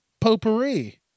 potpourri